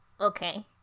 okay